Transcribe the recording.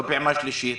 לא פעימה שלישית.